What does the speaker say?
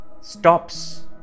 stops